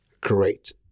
Great